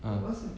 ah